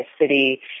city